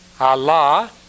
Allah